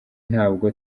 ntabwo